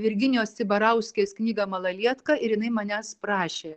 virginijos cibarauskės knygą malalietka ir jinai manęs prašė